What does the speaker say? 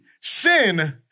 sin